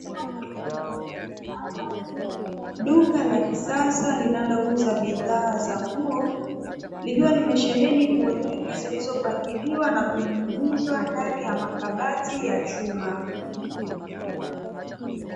Duka la kisasa linalouza bidhaa za nguo, likiwa limesheheni nguo nyingi zilizopangiliwa na kuning'inizwa ndani ya makabati ya chuma.